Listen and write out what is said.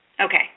Okay